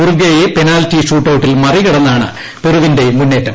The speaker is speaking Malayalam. ഉറുഗ്വേയയെ പെനാൽറ്റി ഷൂട്ടൌട്ടിൽ മറികടന്നാണ് പെറു വിന്റെ മുന്നേറ്റം